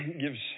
gives